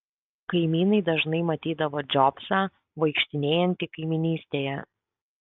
kaimynai dažnai matydavo džobsą vaikštinėjantį kaimynystėje